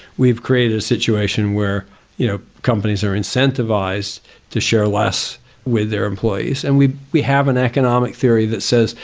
we've created a situation where you know, companies are incentivized to share less with their employees and we we have an economic theory that says,